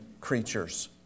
creatures